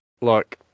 look